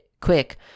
Quick